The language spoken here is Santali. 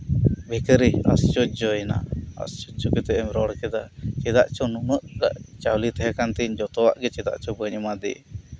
ᱵᱷᱤᱠᱟᱨᱤᱭ ᱟᱨᱥᱚᱪᱡᱚᱭᱮᱱᱟ ᱟᱨᱥᱚᱡᱚ ᱠᱟᱛᱮᱜ ᱨᱚᱲ ᱠᱮᱫᱟ ᱪᱮᱫᱟᱜ ᱪᱚ ᱱᱩᱱᱟᱹᱜ ᱴᱟᱜ ᱪᱟᱣᱞᱤ ᱛᱟᱦᱮᱸᱠᱟᱱ ᱛᱤᱧ ᱡᱚᱛᱚᱣᱟᱜᱤ ᱪᱮᱫᱟᱜ ᱪᱚ ᱵᱟᱹᱧ ᱮᱢᱟᱫᱤ